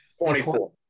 24